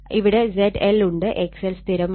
ഇവിടെ ZL ഉണ്ട് XL സ്ഥിരമാണ്